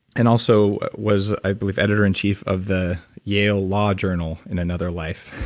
and also was, i believe, editor-inchief of the yale law journal in another life,